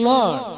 Lord